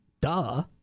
duh